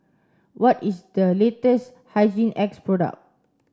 what is the latest Hygin X product